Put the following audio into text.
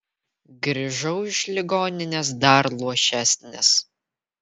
grįžau iš ligoninės dar luošesnis